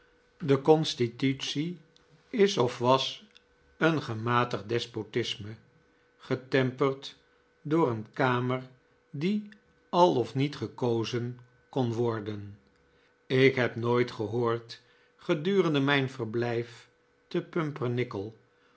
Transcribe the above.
de constitutie is of was een gematigd despotisme getemperd door een kamer die al of niet gekozen kon worden ik heb nooit gehoord gedurende mijn verblijf te